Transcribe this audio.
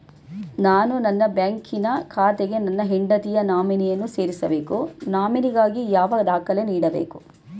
ನಾನು ನನ್ನ ಬ್ಯಾಂಕಿನ ಖಾತೆಗೆ ನನ್ನ ಹೆಂಡತಿಯ ನಾಮಿನಿಯನ್ನು ಸೇರಿಸಬೇಕು ನಾಮಿನಿಗಾಗಿ ಯಾವ ದಾಖಲೆ ನೀಡಬೇಕು?